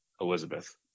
Elizabeth